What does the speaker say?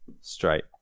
Straight